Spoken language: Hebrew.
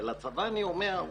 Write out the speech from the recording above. ולצבא אני אומר,